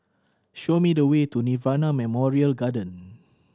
show me the way to Nirvana Memorial Garden